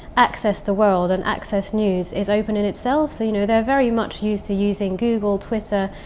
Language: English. access the world and access news, is open in itself. so you know, they're very much used to using google, twitter,